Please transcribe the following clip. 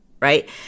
right